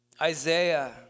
Isaiah